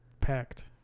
packed